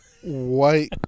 white